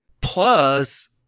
plus